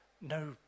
No